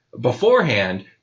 beforehand